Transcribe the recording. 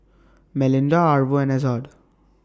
Melinda Arvo and Ezzard